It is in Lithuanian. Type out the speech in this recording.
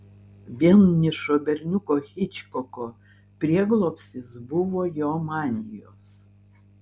vienišo berniuko hičkoko prieglobstis buvo jo manijos